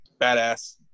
badass